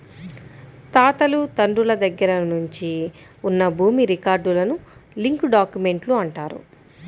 తాతలు తండ్రుల దగ్గర నుంచి ఉన్న భూమి రికార్డులను లింక్ డాక్యుమెంట్లు అంటారు